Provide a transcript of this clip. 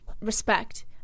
respect